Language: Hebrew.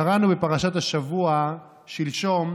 קראנו בפרשת השבוע שלשום: